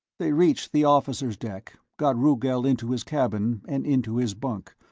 they reached the officer's deck, got rugel into his cabin and into his bunk,